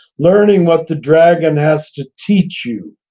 learning what the dragon has to teach you.